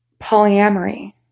polyamory